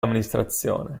amministrazione